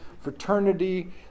fraternity